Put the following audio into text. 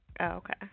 okay